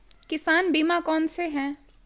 किसान बीमा कौनसे हैं?